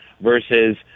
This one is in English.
versus